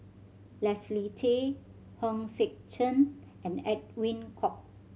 Leslie Tay Hong Sek Chern and Edwin Koek